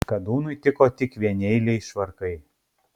kadūnui tiko tik vieneiliai švarkai